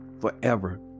forever